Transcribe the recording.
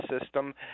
system